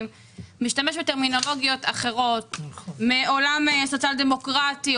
משתמש בטרמינולוגיות אחרות מעולם סוציאל דמוקרטי,